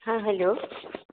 हॅं हेलो